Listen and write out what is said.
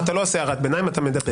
אתה לא עושה הערת ביניים, אתה מדבר.